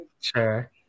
Sure